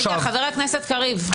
רגע, חבר הכנסת קריב.